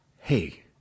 hey